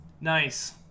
nice